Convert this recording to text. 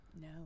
No